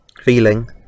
feeling